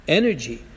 energy